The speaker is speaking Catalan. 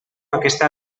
aquesta